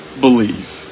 believe